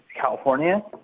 California